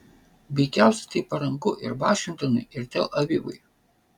veikiausiai tai paranku ir vašingtonui ir tel avivui